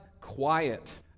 quiet